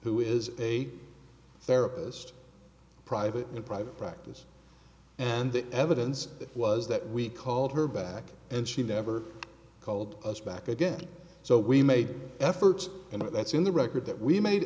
who is a therapist private in private practice and the evidence was that we called her back and she never called us back again so we made an effort and that's in the record that we made